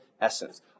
essence